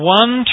one